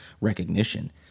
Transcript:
recognition